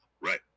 Right